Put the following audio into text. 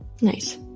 Nice